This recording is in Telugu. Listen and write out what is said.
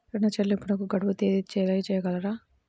ఋణ చెల్లింపుకు గడువు తేదీ తెలియచేయగలరా?